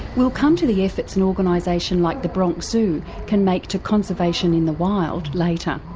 we'll come to the efforts an organisation like the bronx zoo can make to conservation in the wild later,